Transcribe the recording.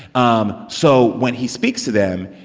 um so when he speaks to them,